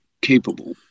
capable